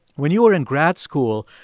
when you were in grad school,